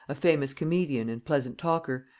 a famous comedian and pleasant talker,